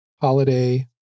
Holiday